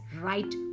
right